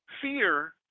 Fear